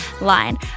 line